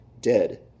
dead